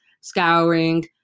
scouring